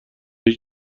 هیچ